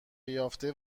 یافته